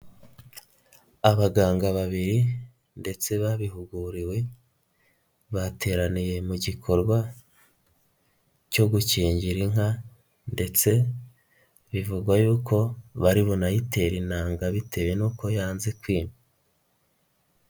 Abaganga babiri, ndetse babihuguriwe, bateraniye mu gikorwa, cyo gukingira inka, ndetse bivugwa yuko bari bunayitere intanga bitewe n'uko yanze kwima.